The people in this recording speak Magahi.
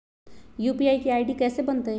यू.पी.आई के आई.डी कैसे बनतई?